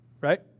Right